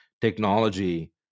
technology